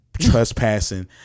trespassing